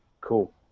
Cool